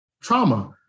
trauma